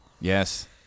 Yes